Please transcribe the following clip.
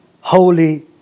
holy